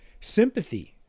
Sympathy